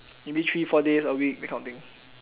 maybe three four days a week that kind of thing